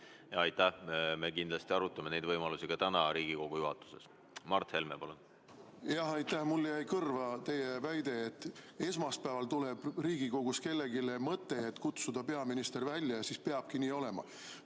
Aitäh! Me kindlasti arutame neid võimalusi täna Riigikogu juhatuses. Mart Helme, palun! Aitäh! Mulle jäi kõrvu teie väide, et esmaspäeval tuleb Riigikogus kellelegi mõte kutsuda peaminister välja ja siis peabki nii olema.